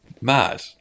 mad